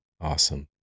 awesome